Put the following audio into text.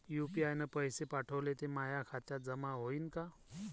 UPI न पैसे पाठवले, ते माया खात्यात जमा होईन का?